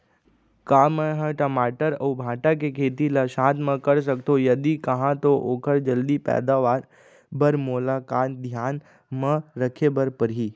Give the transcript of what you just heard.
का मै ह टमाटर अऊ भांटा के खेती ला साथ मा कर सकथो, यदि कहाँ तो ओखर जलदी पैदावार बर मोला का का धियान मा रखे बर परही?